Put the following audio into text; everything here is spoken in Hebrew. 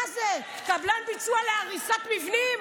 מה זה, קבלן ביצוע להריסת מבנים?